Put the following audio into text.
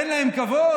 אין לכם כבוד?